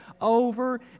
over